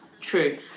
True